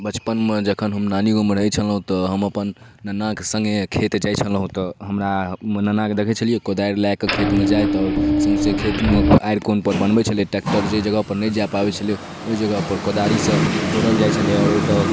बचपनमे जखन हम नानी गाममे रहै छलहुँ तऽ हम अपन नन्नाके सङ्गे खेत जाइ छलहुँ तऽ हमरा नन्नाके देखै छलिए कोदारि लऽ कऽ खेतमे जाइ तऽ सौँसे खेतमे आड़ि कोनपर बनबै छलै ट्रैक्टर जाहि जगहपर नहि जाइ पाबै छ्लै ओहि जगहपर कोदारिसँ कोड़ल जाइ छ्लै आओर ओतऽ